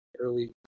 early